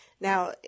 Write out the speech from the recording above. Now